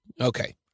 Okay